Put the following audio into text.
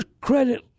credit